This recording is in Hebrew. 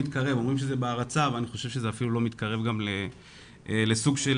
אומרים שזה בהרצה אבל אני חושב שזה אפילו לא מתקרב לסוג של